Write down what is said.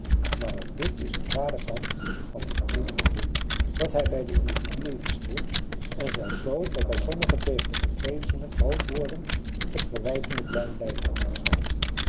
maar ook dit is een kwade kant van den edelen groei dat hij bij de individuen verschilt en zelfs z dat bij sommige tegen het geprezene grootworden het verwijtende kleinblijven o